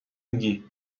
میگی